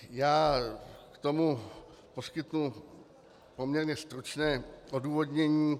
Já k tomu poskytnu poměrně stručné odůvodnění.